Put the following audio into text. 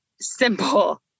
simple